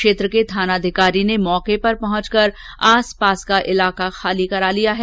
क्षेत्र के थानाधिकारी ने मौके पर पहुंच कर आसपास का इलाका खाली करा लिया है